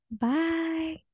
bye